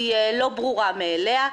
היא לא ברורה מאליה.